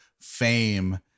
fame